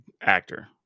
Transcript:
actor